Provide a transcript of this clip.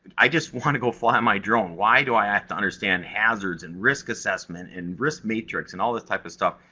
i just want to go fly my drone! why do i have to understand hazards, and risk assessment, and risk matrix and all this type of stuff?